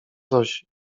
zosi